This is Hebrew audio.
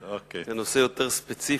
זה נושא יותר ספציפי.